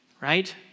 right